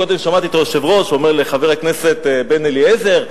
קודם שמעתי את היושב-ראש אומר לחבר הכנסת בן-אליעזר: